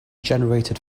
generated